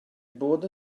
bod